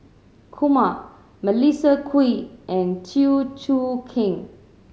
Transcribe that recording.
Kumar Melissa Kwee and Chew Choo Keng